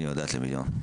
הנה, היא יודעת, למיליון.